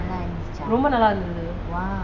ரொம்ப நல்ல இருந்துது:romba nalla irunthuthu